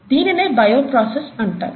దీనినే bio process అంటారు